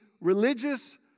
religious